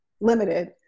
limited